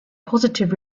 positive